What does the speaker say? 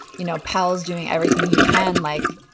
you know, pells doing everything you can like,